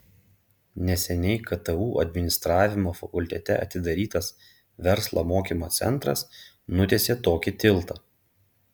neseniai ktu administravimo fakultete atidarytas verslo mokymo centras nutiesė tokį tiltą